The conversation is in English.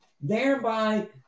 thereby